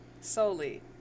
solely